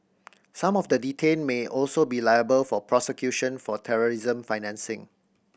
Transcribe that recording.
some of the detained may also be liable for prosecution for terrorism financing